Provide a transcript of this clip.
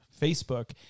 Facebook